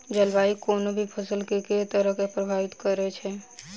जलवायु कोनो भी फसल केँ के तरहे प्रभावित करै छै?